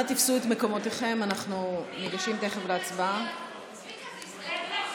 עוברים להצבעה בקריאה